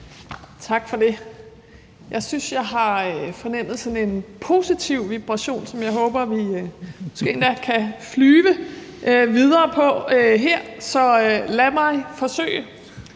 Tak for det. Jeg synes, at jeg har fornemmet sådan en positiv vibration, som jeg håber vi måske endda kan flyve videre på her. Så lad mig forsøge.